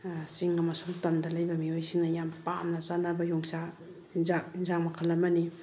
ꯆꯤꯡ ꯑꯃꯁꯨꯡ ꯇꯝꯗ ꯂꯩꯕ ꯃꯤꯑꯣꯏꯁꯤꯡꯅ ꯌꯥꯝ ꯄꯥꯝꯅ ꯆꯥꯟꯅꯕ ꯌꯣꯡꯆꯥꯛ ꯑꯦꯟꯁꯥꯡ ꯑꯦꯟꯁꯥꯡ ꯃꯈꯜ ꯑꯃꯅꯤ